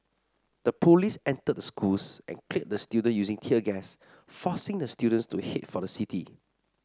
the police entered the schools and cleared the student using tear gas forcing the students to head for the city